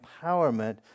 empowerment